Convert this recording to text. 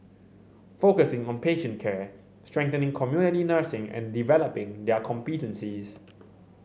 focusing on patient care strengthening community nursing and developing their competencies